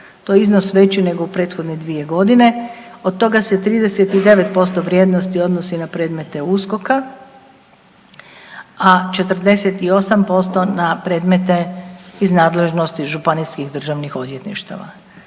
To je iznos veći neko prethodne dvije godine, od toga se 39% vrijednosti odnosi na predmete USKOK-a, a 48% na predmete iz nadležnosti ŽDO-a. Sva državna odvjetništva,